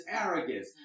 arrogance